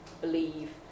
believe